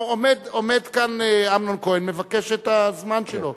עומד כאן אמנון כהן ומבקש את הזמן שלו.